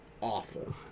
awful